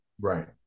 right